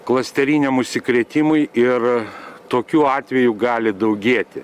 klasteriniam užsikrėtimui ir tokių atvejų gali daugėti